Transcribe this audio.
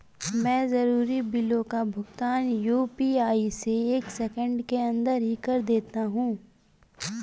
मैं जरूरी बिलों का भुगतान यू.पी.आई से एक सेकेंड के अंदर ही कर देता हूं